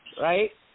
Right